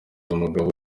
mugabo